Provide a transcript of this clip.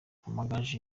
amagaju